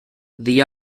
the